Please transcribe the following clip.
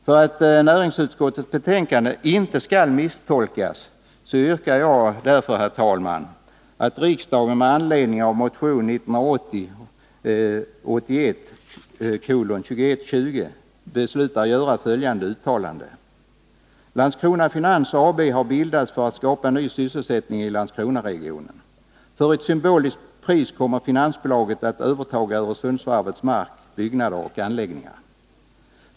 För att näringsutskottets betänkande inte skall misstolkas yrkar jag därför, herr talman, att riksdagen med anledning av Landskrona Finans AB har bildats för att skapa ny sysselsättning i Landskronaregionen. För ett symboliskt pris kommer finansbolaget att överta Öresundsvarvets mark, byggnader och anläggningar.